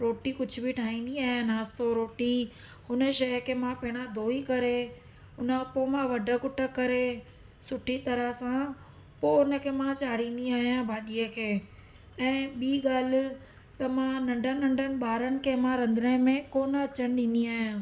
रोटी कुझु बि ठाहींदी आहियां नाश्तो रोटी हुन शइ खे मां पहिरां धोई करे हुन खां पोइ मां वढ कुट करे सुठी तरह सां पोइ हुनखे मां चाढ़ींदी आहियां भाॼीअ खे ऐं ॿीं ॻाल्हि त मां नंढनि नंढनि ॿारनि खे मां रंधणे में कोन अचनि ॾींदी आहियां